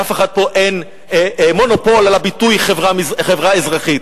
לאף אחד פה אין מונופול על הביטוי "חברה אזרחית".